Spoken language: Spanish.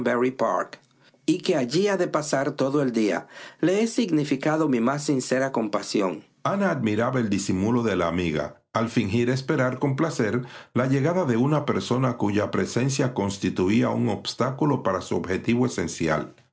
y que allí ha de pasar todo el día le he significado mi más sincera compasión ana admiraba el disimulo de la amiga al fingir esperar con placer la llegada de una persona cuya presencia constituía un obstáculo para su